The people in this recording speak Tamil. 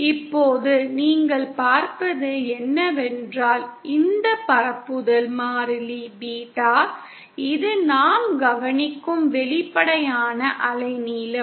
இப்போது நீங்கள் பார்ப்பது என்னவென்றால் இந்த பரப்புதல் மாறிலி பீட்டா இது நாம் கவனிக்கும் வெளிப்படையான அலைநீளம்